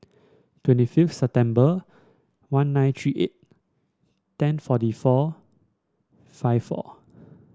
twenty fifth September one nine three eight ten forty four five four